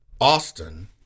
Austin